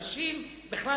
בכלל,